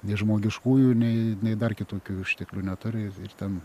nei žmogiškųjų nei dar kitokių išteklių neturi ir ir ten